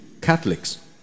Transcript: Catholics